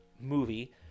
movie